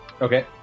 Okay